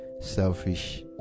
selfish